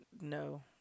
no